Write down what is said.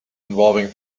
involving